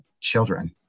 children